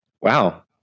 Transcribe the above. Wow